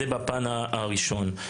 זה בפן הראשון.